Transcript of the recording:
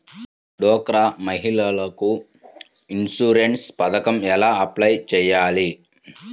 డ్వాక్రా మహిళలకు ఇన్సూరెన్స్ పథకం ఎలా అప్లై చెయ్యాలి?